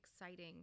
exciting